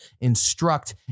instruct